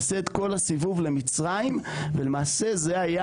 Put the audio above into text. עושה את כל הסיבוב למצרים ולמעשה זה היה